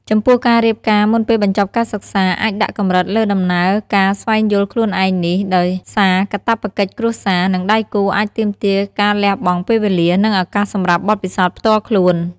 ចំពោះការរៀបការមុនពេលបញ្ចប់ការសិក្សាអាចដាក់កម្រិតលើដំណើរការស្វែងយល់ខ្លួនឯងនេះ ដោយសារកាតព្វកិច្ចគ្រួសារ និងដៃគូអាចទាមទារការលះបង់ពេលវេលា និងឱកាសសម្រាប់បទពិសោធន៍ផ្ទាល់ខ្លួន។